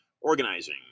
Organizing